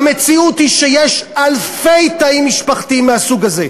והמציאות היא שיש אלפי תאים משפחתיים מהסוג הזה,